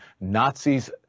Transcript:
Nazis